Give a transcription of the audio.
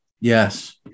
Yes